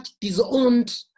disowned